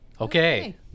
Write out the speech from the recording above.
okay